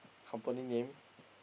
company name